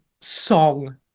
song